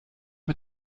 mit